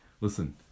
Listen